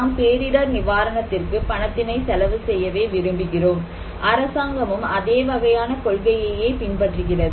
நாம் பேரிடர் நிவாரணத்திற்கு பணத்தினை செலவு செய்யவே விரும்புகிறோம் அரசாங்கமும் அதே வகையான கொள்கையையே பின்பற்றுகிறது